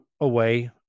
away